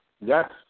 Yes